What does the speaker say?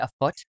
afoot